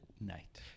night